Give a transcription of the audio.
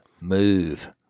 Move